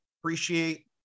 Appreciate